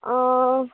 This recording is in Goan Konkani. आं